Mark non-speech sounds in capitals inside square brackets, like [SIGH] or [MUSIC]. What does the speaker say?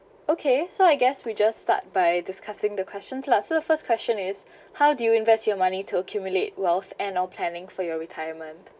okay so I guess we just start by discussing the questions lah so first question is [BREATH] how do you invest your money to accumulate wealth and all planning for your retirement